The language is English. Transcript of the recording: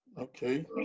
okay